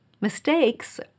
Mistakes